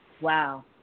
Wow